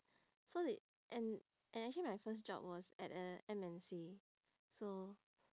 so they and and actually my first job was at a M_N_C so